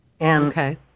Okay